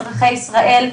אזרחי ישראל,